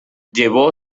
llevó